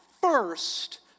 first